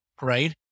right